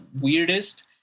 weirdest